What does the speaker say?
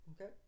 Okay